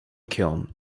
kiln